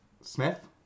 Smith